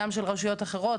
גם של רשויות אחרות,